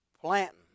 planting